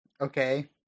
Okay